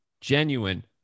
genuine